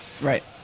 Right